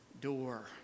door